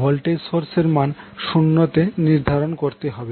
voltage source এর মান 0 তে নির্ধারণ করতে হবে